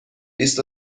بیست